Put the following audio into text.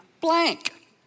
blank